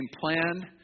plan